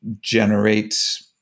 generate